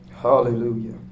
Hallelujah